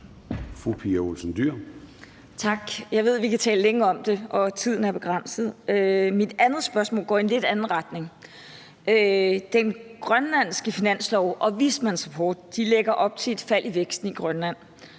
Pia Olsen Dyhr (SF): Tak. Jeg ved, at vi kan tale længe om det, og tiden er begrænset. Mit andet spørgsmål går i en lidt anden retning. Den grønlandske finanslov og en vismandsrapport lægger op til et fald i væksten i Grønland,